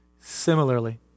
Similarly